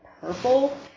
purple